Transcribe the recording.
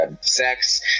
sex